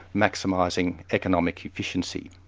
maximising economic efficiency.